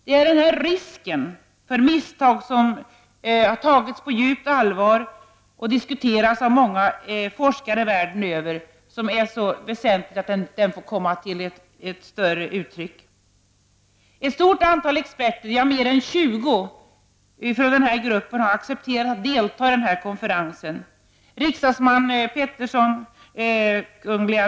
Detta är denna risk för misstag som har tagits på djupt allvar och diskuterats av många forskare över hela världen, och det är mycket väsentligt att den får komma till större uttryck. Ett stort antal experter — mer än 20 — har accepterat att delta. Riksdagens talman Peterson, Kungl.